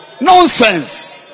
Nonsense